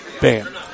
bam